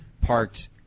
parked